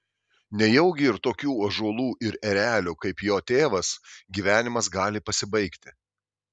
nejaugi ir tokių ąžuolų ir erelių kaip jo tėvas gyvenimas gali pasibaigti